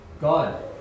God